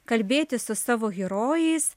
kalbėtis su savo herojais